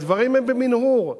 והדברים הם במנהור.